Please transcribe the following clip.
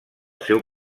seu